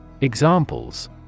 Examples